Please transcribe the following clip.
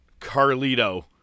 Carlito